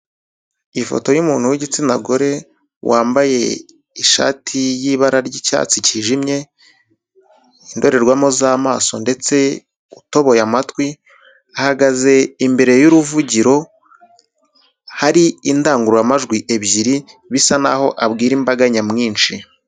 Ifoto y'umuntu w'igitsina gore wambaye ishati y'ibara ry'icyatsi cyijimye, indorerwamo z'amaso ndetse utoboye amatwi, ahagaze imbere y'uruvugiro, hari indangururamajwi ebyiri bisa naho abwira imbaga nyamwinshi.